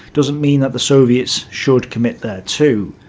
doesn't mean that the soviets should commit there too.